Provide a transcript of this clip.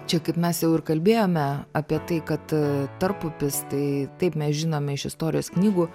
čia kaip mes jau ir kalbėjome apie tai kad tarpupis tai taip mes žinome iš istorijos knygų